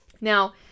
Now